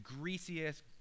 greasiest